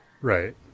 Right